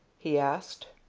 he asked.